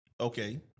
Okay